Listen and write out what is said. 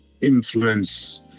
influence